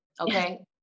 Okay